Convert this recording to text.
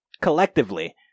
Collectively